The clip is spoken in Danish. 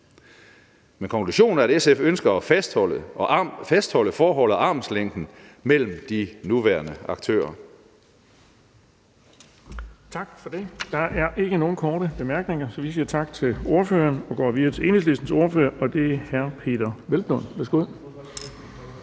Men konklusionen er, at SF ønsker at fastholde forholdet og armslængden mellem de nuværende aktører.